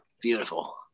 Beautiful